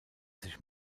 sich